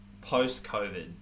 post-COVID